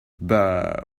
but